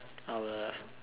our